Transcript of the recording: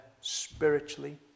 spiritually